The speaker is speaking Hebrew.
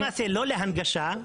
התקציב הוא לא להנגשה,